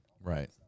Right